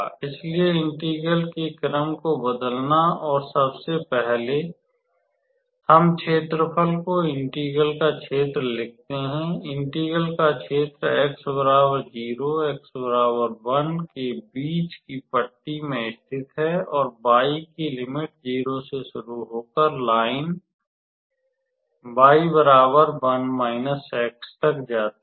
इसलिए इंटेग्रल के क्रम को बदलना और सबसे पहले हम क्षेत्रफल को इंटेग्रल का क्षेत्र लिखते हैं इंटेग्रल का क्षेत्र x 0 x 1 के बीच की पट्टी में स्थित है और y की लिमिट 0 से शुरू होकर लाइन y 1 x तक जाती है